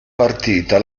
partita